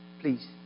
please